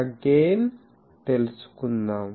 ఆ గెయిన్ తెలుసుకుందాం